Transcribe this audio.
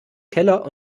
keller